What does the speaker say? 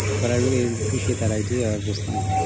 but i really appreciate that idea of just like,